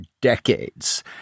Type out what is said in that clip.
decades